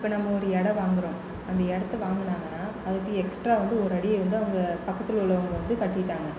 இப்போ நம்ம ஒரு இடம் வாங்கிறோம் அந்த இடத்த வாங்குனாங்கனால் அதுக்கு எக்ஸ்ட்ரா வந்து ஒரு அடியை வந்து அவங்க பக்கத்தில் உள்ளவங்க வந்து கட்டிவிட்டாங்க